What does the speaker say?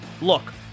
Look